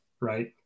right